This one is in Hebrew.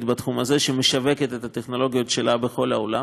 בתחום הזה שמשווקת את הטכנולוגיות שלה בכל העולם.